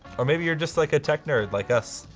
or maybe you're just like a tech nerd like us,